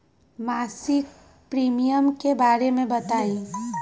मासिक प्रीमियम के बारे मे बताई?